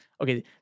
okay